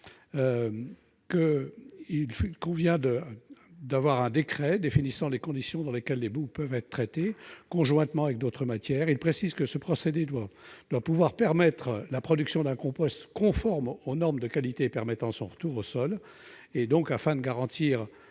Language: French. l'élaboration d'un décret définissant les conditions dans lesquelles les boues peuvent être traitées conjointement avec d'autres matières. Il tend à préciser que ce procédé doit rendre possible la production d'un compost conforme aux normes de qualité permettant son retour aux sols. Afin de garantir